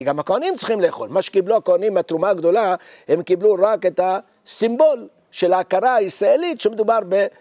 כי גם הכהנים צריכים לאכול, מה שקיבלו הכהנים מהתרומה הגדולה הם קיבלו רק את הסימבול של ההכרה הישראלית שמדובר ב...